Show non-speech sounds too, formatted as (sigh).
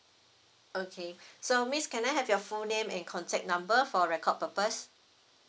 okay (breath) so miss can I have your full name and contact number for record purpose